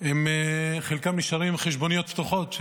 חלקם נשארים עם חשבוניות פתוחות.